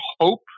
hope